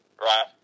Right